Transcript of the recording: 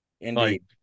indeed